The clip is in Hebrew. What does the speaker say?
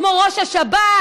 כמו ראש השב"כ,